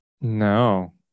No